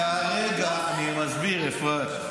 כרגע, אני מסביר, אפרת,